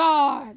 God